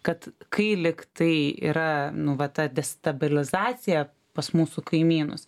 kad kai lygtai yra nu va ta destabilizacija pas mūsų kaimynus